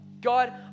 God